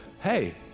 Hey